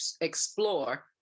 explore